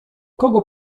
kogo